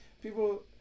people